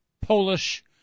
Polish